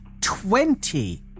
twenty